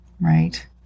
right